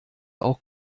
auch